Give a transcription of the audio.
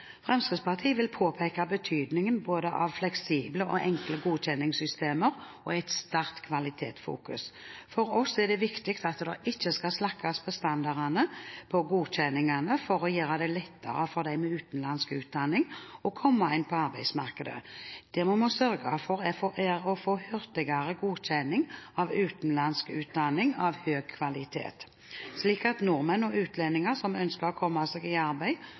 Fremskrittspartiet vil påpeke betydningen av både fleksible og enkle godkjenningssystemer og et sterkt kvalitetsfokus. For oss er det viktig at det ikke skal slakkes på standardene og godkjenningene for å gjøre det lettere for dem med utenlandsk utdanning å komme inn på arbeidsmarkedet. Det vi må sørge for, er å få hurtigere godkjenning av utenlandsk utdanning av høy kvalitet, slik at nordmenn og utlendinger som ønsker å komme seg i arbeid